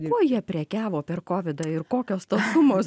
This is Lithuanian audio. ko jie prekiavo per kovidą ir kokios tos sumos